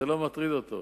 זה לא מטריד אותו.